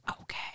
okay